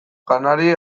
janari